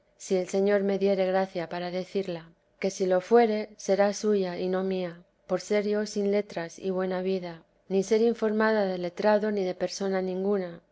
si el señor me diere gracia para decirla que si lo fuere será suya y no mía por ser yo sin letras y buena vida ni ser informada de let ado ni de persona ninguna